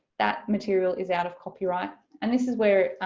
that material is out of copyright and this is where